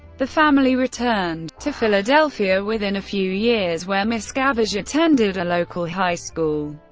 the family returned to philadelphia within a few years, where miscavige attended a local high school.